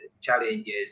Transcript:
challenges